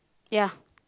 ya